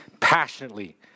passionately